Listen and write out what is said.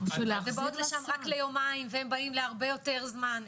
ובאות לשם רק ליומיים והם באים להרבה יותר זמן.